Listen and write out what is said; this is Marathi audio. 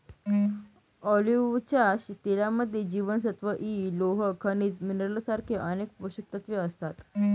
ऑलिव्हच्या तेलामध्ये जीवनसत्व इ, लोह, खनिज मिनरल सारखे अनेक पोषकतत्व असतात